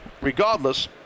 Regardless